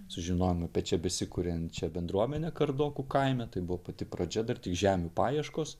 sužinojom apie čia besikuriančią bendruomenę kardokų kaime tai buvo pati pradžia dar tik žemių paieškos